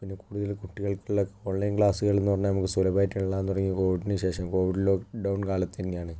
പിന്നെ കൂടുതൽ കുട്ടികൾക്കുള്ള ഓൺലൈൻ ക്ലാസ്സുകളെന്ന് പറഞ്ഞാൽ നമുക്ക് സുലഭമായിട്ടുള്ളത് തുടങ്ങി കോവിഡിന് ശേഷം കോവിഡ് ലോക്ക്ഡൗൺ കാലത്ത് തന്നെയാണ്